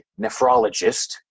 nephrologist